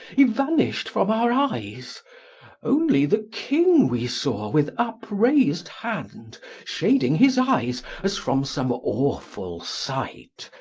evanished from our eyes only the king we saw with upraised hand shading his eyes as from some awful sight,